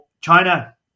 china